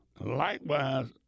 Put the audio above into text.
likewise